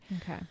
Okay